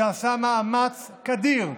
שעשה מאמץ כביר,